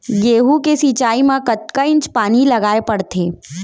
गेहूँ के सिंचाई मा कतना इंच पानी लगाए पड़थे?